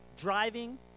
driving